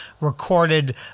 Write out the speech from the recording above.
recorded